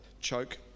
choke